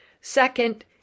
Second